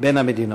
בין המדינות.